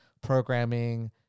programming